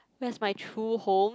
where's my true home